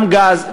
גם גז,